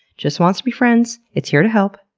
just wants to be friends. it's here to help.